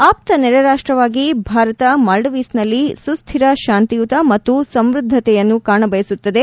ಆಪ್ತ ನೆರೆರಾಷ್ಟವಾಗಿ ಭಾರತ ಮಾಲ್ದೀವ್ಸ್ನಲ್ಲಿ ಸುಕ್ಕಿರ ಶಾಂತಿಯುತ ಮತ್ತು ಸಂವೃದ್ಧತೆಯನ್ನು ಕಾಣಬಯಸುತ್ತದೆ